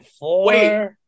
Wait